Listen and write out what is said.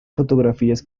fotografías